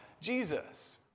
Jesus